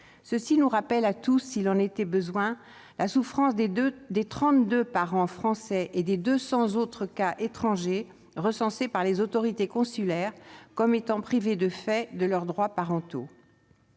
Ceci nous rappelle à tous, s'il en était besoin, la souffrance des 32 pères français et des 200 autres cas étrangers, recensés par les autorités consulaires comme étant privés de fait de leurs droits parentaux.